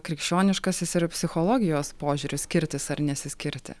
krikščioniškasis ir psichologijos požiūris skirtis ar nesiskirti